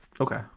Okay